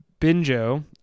Binjo